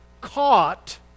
caught